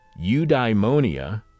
Eudaimonia